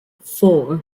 four